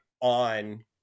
on